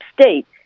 state